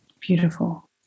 Beautiful